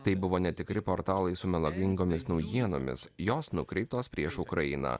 tai buvo netikri portalai su melagingomis naujienomis jos nukreiptos prieš ukrainą